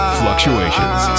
fluctuations